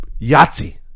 Yahtzee